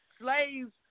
slaves